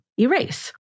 erase